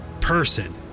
person